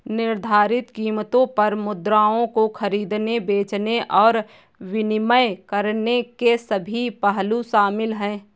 निर्धारित कीमतों पर मुद्राओं को खरीदने, बेचने और विनिमय करने के सभी पहलू शामिल हैं